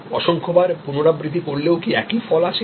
অসংখ্যবার পুনরাবৃত্তি করলেও কি একই ফল আসে